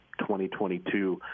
2022